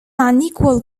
unequal